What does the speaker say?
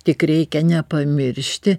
tik reikia nepamiršti